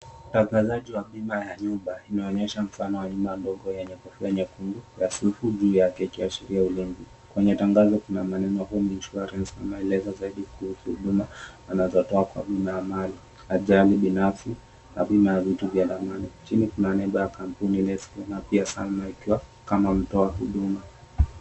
Mtangazaji wa bima ya nyumba ameonyesha mfano wa nyumba ndogo yenye kofia nyekundu na supu juu yake ikiashiria ulinzi. Kwenye tangazo kuna maneno, Home Insurance, na maelezo zaidi kuhusu huduma anazotoa kwa bima ya mali, ajali binafsi na bima ya vitu vya thamani. Chini kuna nembo ya kampuni iliyosimama pia sana kama mtoa huduma.